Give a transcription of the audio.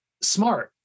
smart